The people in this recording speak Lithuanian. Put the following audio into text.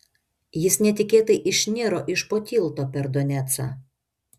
jis netikėtai išniro iš po tilto per donecą